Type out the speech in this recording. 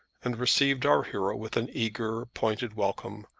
and received our hero with an eager, pointed welcome,